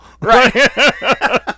Right